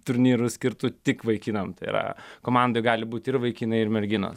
turnyrų skirtų tik vaikinam tai yra komanda gali būti ir vaikinai ir merginos